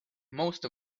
most